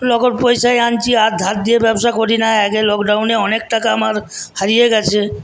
নগদ পয়সায় আনছি আর ধার দিয়ে ব্যবসা করি না একেই লকডাউনে অনেক টাকা আমার হারিয়ে গিয়েছে